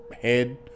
head